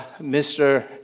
Mr